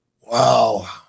Wow